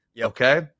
Okay